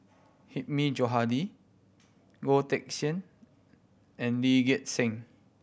Hilmi Johandi Goh Teck Sian and Lee Gek Seng